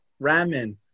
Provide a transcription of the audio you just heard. Ramen